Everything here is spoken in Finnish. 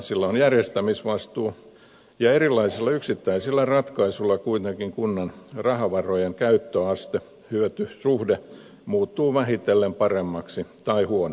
sillä on järjestämisvastuu ja erilaisilla yksittäisillä ratkaisuilla kuitenkin kunnan rahavarojen käyttöastehyöty suhde muuttuu vähitellen paremmaksi tai huonommaksi